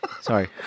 sorry